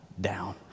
down